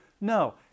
No